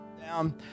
down